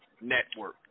network